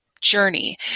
journey